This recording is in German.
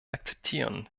akzeptieren